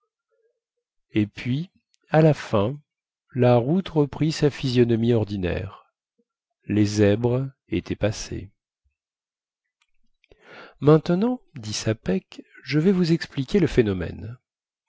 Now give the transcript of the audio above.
et puis à la fin la route reprit sa physionomie ordinaire les zèbres étaient passés maintenant dit sapeck je vais vous expliquer le phénomène